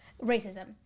racism